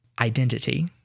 identity